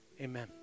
amen